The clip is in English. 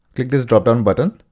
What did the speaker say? click this dropdown button,